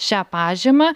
šią pažymą